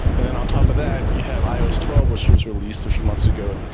and and on top of that, you have ios twelve, which was released a few months ago.